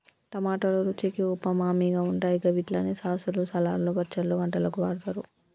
టమాటోలు రుచికి ఉమామిగా ఉంటాయి గవిట్లని సాసులు, సలాడ్లు, పచ్చళ్లు, వంటలకు వాడుతరు